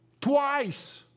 Twice